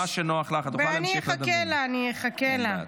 אני אחכה לה, אני אחכה לה.